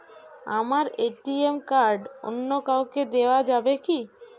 আমার ATM card অন্য কাউকে দেওয়া যাবে কি?